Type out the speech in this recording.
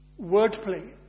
wordplay